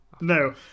No